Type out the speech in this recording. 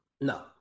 No